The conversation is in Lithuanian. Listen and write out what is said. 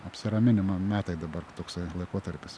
apsiraminimą metai dabar toks laikotarpis